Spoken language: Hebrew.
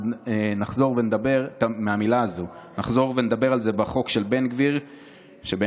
נחזור ונדבר על זה בחוק של בן גביר שהוא,